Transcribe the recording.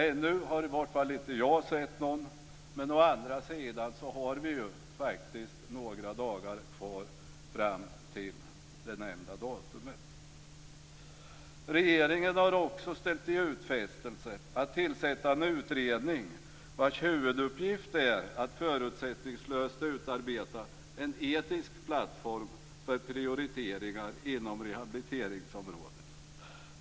Ännu har i varje fall inte jag sett någon, men å andra sidan har vi några dagar kvar fram till nämnda datum. Regeringen har också ställt i utfästelse att tillsätta en utredning vars huvuduppgift är att förutsättningslöst utarbeta en etisk plattform för prioriteringar inom rehabiliteringsområdet.